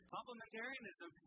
Complementarianism